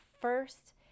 first